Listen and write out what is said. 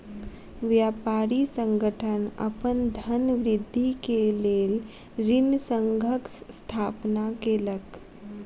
व्यापारी संगठन अपन धनवृद्धि के लेल ऋण संघक स्थापना केलक